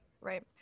Right